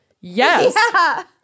Yes